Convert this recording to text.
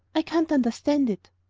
i can't understand it.